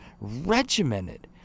regimented